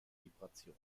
vibration